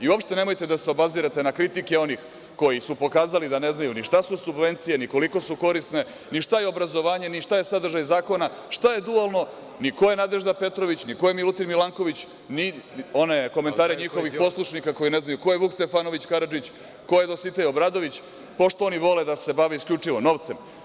Uopšte nemojte da se obazirete na kritike onih koji su pokazali da ne znaju šta su subvencije, ni koliko su korisne, ni šta je obrazovanje, ni šta je sadržaj zakona, šta je dualno, ni ko je Nadežda Petrović, ni ko je Milutin Milanković, ni one komentare njihovih poslušnika koji ne znaju ko je Vuk Stefanović Karadžić, ko je Dositej Obradović, pošto oni vole da se bave isključivo novcem.